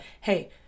hey